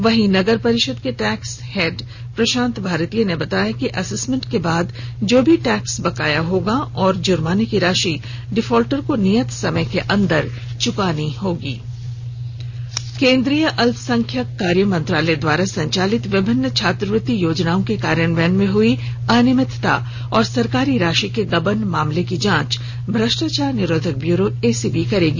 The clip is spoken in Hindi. वही नगरपरिषद के टैक्स हेड प्रशांत भरतीय ने बताया कि असेस्मेंट के बाद जो भी टैक्स बकाया होगा और जुर्माने की राशि डिफॉल्टर को नियत समय के अंदर चुकानी होगी केंद्रीय अल्पसंख्यक कार्य मंत्रालय द्वारा संचालित विभिन्न छात्रवृति योजनाओं के कार्यान्वयन में हुई अनियमितता और सरकारी राशि के गबन मामले की जांच भ्रष्टाचार निरोधक ब्यूरो एसीबी करेगी